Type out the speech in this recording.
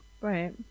right